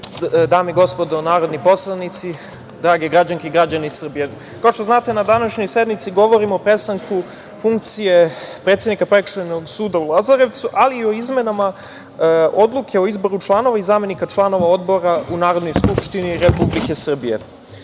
dame i gospodo narodni poslanici, drage građanke i građani Srbije, kao što znate, na današnjoj sednici govorimo o prestanku funkcije predsednika Prekršajnog suda u Lazarevcu, ali i o izmenama Odluke o izboru članova i zamenika članova odbora u Narodnoj skupštini Republike Srbije. Što